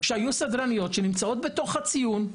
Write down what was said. שהיו סדרניות שנמצאות בתוך הציון,